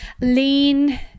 lean